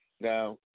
Now